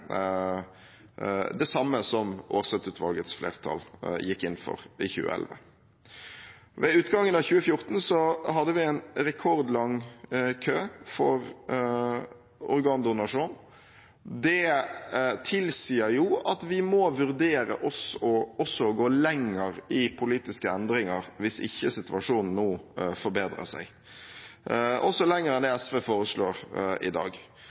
det samme som Aarseth-utvalgets flertall gikk inn for i 2011. Ved utgangen av 2014 hadde vi en rekordlang kø for organdonasjon. Det tilsier at vi må vurdere også å gå lenger i politiske endringer, hvis ikke situasjonen nå forbedrer seg – også lenger enn det SV foreslår i dag.